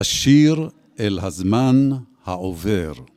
אשיר אל הזמן העובר.